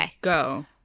go